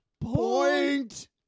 Point